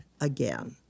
again